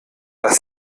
dass